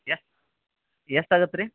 ಎಷ್ಟು ಎಷ್ಟು ಆಗತ್ತೆ ರೀ